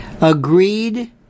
agreed